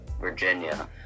Virginia